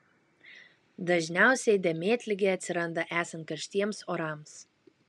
dažniausiai dėmėtligė atsiranda esant karštiems orams